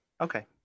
Okay